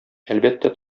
әлбәттә